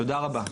תודה רבה.